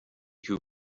who